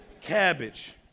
Cabbage